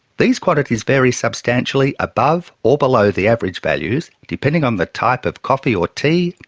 these quantities vary substantially above or below the average values depending on the type of coffee or tea,